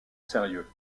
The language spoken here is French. sérieux